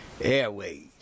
airways